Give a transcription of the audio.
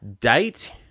Date